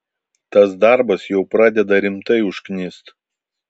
tas darbas jau pradeda rimtai užknist